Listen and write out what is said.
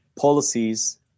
policies